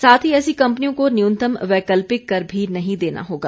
साथ ही ऐसी कम्पनियों को न्यूनतम वैकल्पिक कर भी नहीं देना होगा